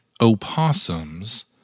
opossums